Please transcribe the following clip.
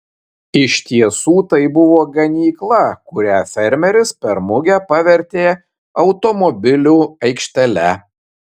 iš tiesų tai buvo ganykla kurią fermeris per mugę pavertė automobilių aikštele